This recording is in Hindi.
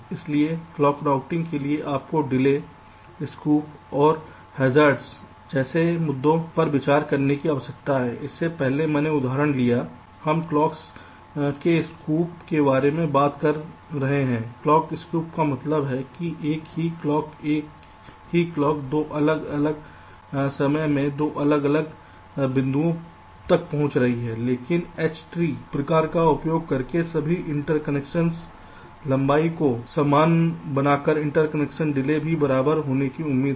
इसलिए क्लॉक रूटिंग के लिए आपको डिले स्कूस और हैज़ार्डस जैसे मुद्दों पर विचार करने की आवश्यकता है इससे पहले मैंने जो उदाहरण लिया हम क्लॉक्स के स्कूप के बारे में बात कर रहे हैं क्लॉक स्क्यू का मतलब है कि एक ही क्लॉक एक ही क्लॉक 2 अलग अलग समय में 2 अलग अलग बिंदुओं तक पहुंच रही है लेकिन एच ट्री प्रकार का उपयोग करके सभी इंटरकनेक्शन लंबाई को समान बनाकर इंटरकनेक्शन डिले भी बराबर होने की उम्मीद है